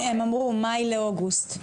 הם אמרו מאי לאוגוסט.